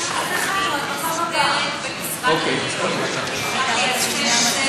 יש תוכנית מסודרת במשרד הבריאות, אוקיי.